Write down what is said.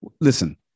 Listen